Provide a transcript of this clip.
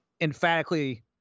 emphatically